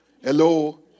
Hello